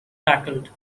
tackled